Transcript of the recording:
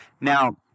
Now